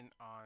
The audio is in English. on